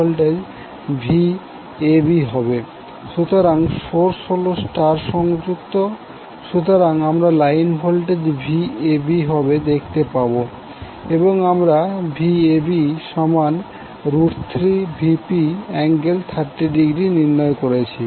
যেহেতু সোর্স হল স্টার সংযুক্ত সুতরাং আমরা লাইন ভোল্টেজ Vabহবে দেখতে পাবো এবং আমরা Vab3Vp∠30°নির্ণয় করেছি